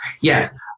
Yes